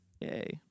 Yay